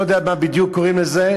לא יודע איך בדיוק קוראים לזה,